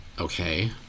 Okay